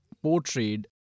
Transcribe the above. portrayed